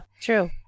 true